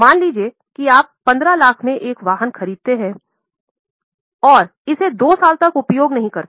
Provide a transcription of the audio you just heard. मान लीजिए कि आप 15 लाख में एक वाहन खरीदते हैं तो इसे 2 साल तक उपयोग न करें